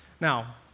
Now